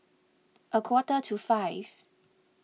a quarter to five